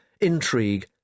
intrigue